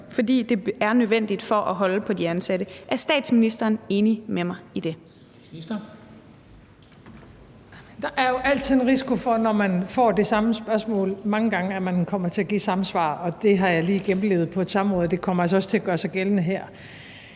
Kristensen): Statsministeren. Kl. 14:02 Statsministeren (Mette Frederiksen): Der er jo altid en risiko for, når man får det samme spørgsmål mange gange, at man kommer til at give samme svar; det har jeg lige oplevet på et samråd, og det kommer altså også til at gøre sig gældende her.